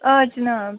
آ جناب